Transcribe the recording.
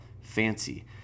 fancy